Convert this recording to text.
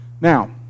Now